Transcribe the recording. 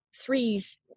threes